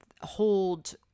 hold